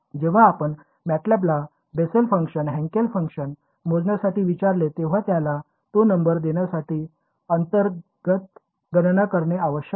जेव्हा आपण मॅटल्याबला बेसल फंक्शन हेंकेल फंक्शन मोजण्यासाठी विचारले तेव्हा त्याला तो नंबर देण्यासाठी अंतर्गत गणना करणे आवश्यक आहे